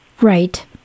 Right